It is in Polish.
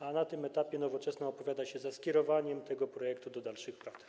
A na tym etapie Nowoczesna opowiada się za skierowaniem tego projektu do dalszych prac.